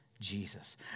Jesus